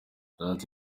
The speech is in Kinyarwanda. yagize